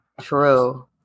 True